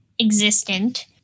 existent